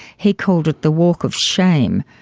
he called it the walk of shame.